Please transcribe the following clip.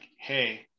hey